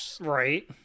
Right